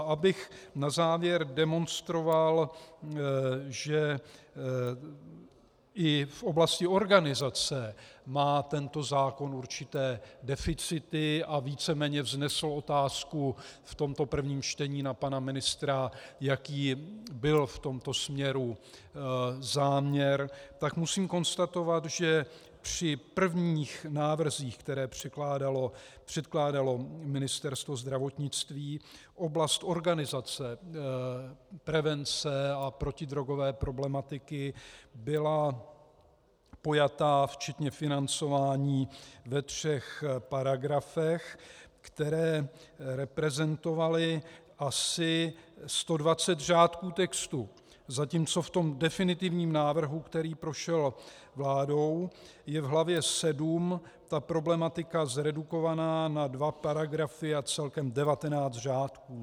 Abych na závěr demonstroval, že i v oblasti organizace má tento zákon určité deficity, a víceméně vznesl otázku v tomto prvním čtení na pana ministra, jaký byl v tomto směru záměr, tak musím konstatovat, že při prvních návrzích, které předkládalo Ministerstvo zdravotnictví, oblast organizace prevence a protidrogové problematiky byla pojata včetně financování ve třech paragrafech, které reprezentovaly asi 120 řádků textu, zatímco v definitivním návrhu, který prošel vládou, je v hlavě VII ta problematika zredukována na dva paragrafy a celkem 19 řádků.